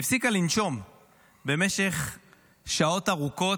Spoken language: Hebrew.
הפסיקה לנשום במשך שעות ארוכות,